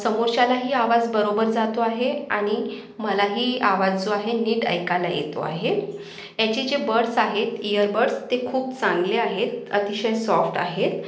समोरच्यालाही आवाज बरोबर जातो आहे आणि मलाही आवाज जो आहे नीट ऐकायला येतो आहे याचे जे बड्स आहेत इयरबड्स ते खूप चांगले आहेत अतिशय सॉफ्ट आहेत